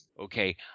Okay